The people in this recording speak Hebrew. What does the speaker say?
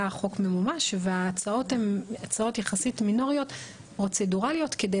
החוק ממומש וההצעות הן יחסית מינוריות ופרוצדורליות כדי